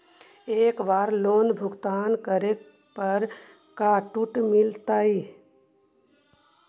एक बार लोन भुगतान करे पर का छुट मिल तइ?